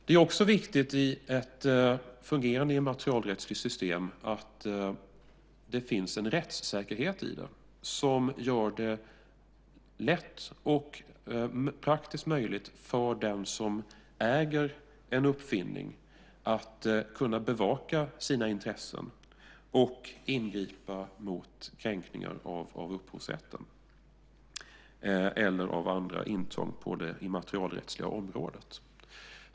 Det är också viktigt i ett fungerande immaterialrättsligt system att det finns en rättssäkerhet i det som gör det lätt och praktiskt möjligt för den som äger en uppfinning att bevaka sina intressen och ingripa mot kränkningar av upphovsrätten eller mot andra intrång på det immaterialrättsliga området.